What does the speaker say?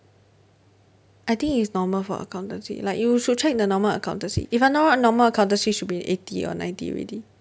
I think it's normal for accountancy like you should check the normal accountancy if I not wrong normal accountancy should be eighty or ninety already